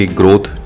growth